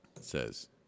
says